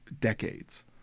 decades